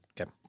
Okay